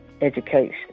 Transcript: education